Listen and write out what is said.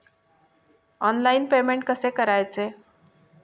Online payment कसे करायचे?